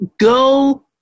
go